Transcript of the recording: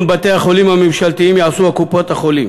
בתי-החולים הממשלתיים ייתנו קופות-החולים.